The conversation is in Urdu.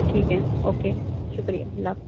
ٹھیک ہے اوکے شکریہ اللہ حافظ